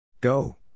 Go